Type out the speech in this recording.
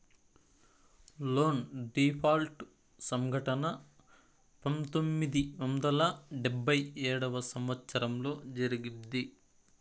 loan default సంఘటన పంతొమ్మిది వందల డెబ్భై ఏడవ సంవచ్చరంలో జరిగింది